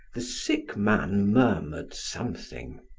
the sick man murmured something.